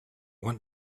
want